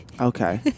Okay